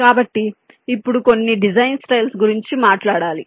కాబట్టి ఇప్పుడు కొన్ని డిజైన్ స్టైల్స్ గురించి మాట్లాడాలి